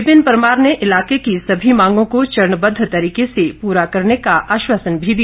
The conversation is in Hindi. विपिन परमार ने इलाके की सभी मांगों को चरणबद्ध तरीके से पूरा करने का आश्वासन भी दिया